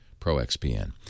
ProXPN